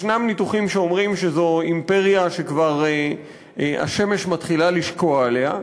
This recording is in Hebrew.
יש ניתוחים שאומרים שזו אימפריה שכבר השמש מתחילה לשקוע עליה.